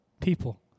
people